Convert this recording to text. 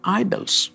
idols